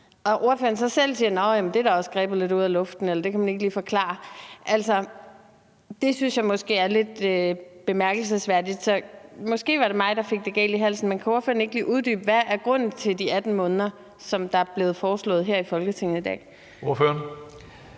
Når ordføreren så selv siger, at det da også bare er grebet lidt ud af den blå luft, eller at det kan man ikke lige forklare, så synes jeg måske, at det er lidt bemærkelsesværdigt. Måske var det mig, der fik det galt i halsen. Men kan ordføreren ikke lige uddybe, hvad grunden er til, at det skal være 18 måneder, som det er blevet foreslået her i Folketinget i dag? Kl.